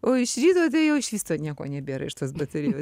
o iš ryto tai jau iš vis to nieko nebėra iš tos baterijos